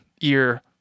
ear